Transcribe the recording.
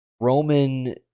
Roman